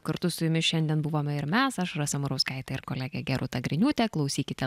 kartu su jumis šiandien buvome ir mes aš rasa murauskaitė ir kolegė gerūta griniūtė klausykite